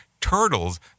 turtles